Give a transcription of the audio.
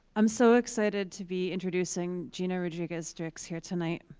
i'm so excited to be introducing gina rodriguez-dix here tonight.